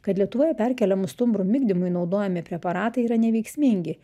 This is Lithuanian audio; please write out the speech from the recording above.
kad lietuvoje perkeliamų stumbrų migdymui naudojami preparatai yra neveiksmingi